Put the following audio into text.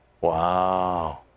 Wow